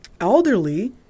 elderly